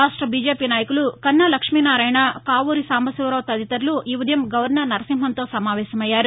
రాష్ట బీజేపీ నాయకులు కన్నా లక్ష్మీనారాయణ కాపూరి సాంబశివరావు తదితరులు ఈ ఉదయం గవర్నర్ నరసింహన్తో సమావేశమయ్యారు